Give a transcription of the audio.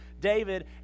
David